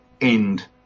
end